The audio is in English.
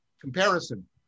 comparison